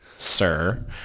sir